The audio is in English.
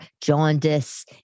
jaundice